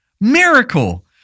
Miracle